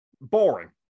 boring